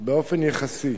באופן יחסי,